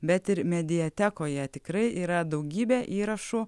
bet ir mediatekoje tikrai yra daugybė įrašų